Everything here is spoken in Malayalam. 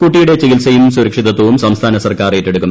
കുട്ടിയുടെ ചികിത്സയും സുരക്ഷിതത്വവും സംസ്ഥാന സർക്കാർ ഏറ്റെടുക്കും